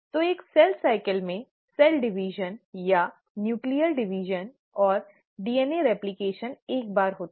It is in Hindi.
तो एक सेल साइकिल में कोशिका विभाजन या न्यूक्लियर विभाजन और DNA रेप्लिकेशॅन एक बार होता है